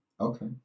okay